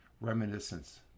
reminiscence